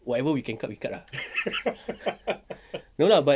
whatever we can cut we cut ah no lah but